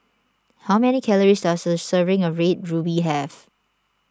how many calories does a serving of Red Ruby have